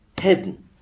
hidden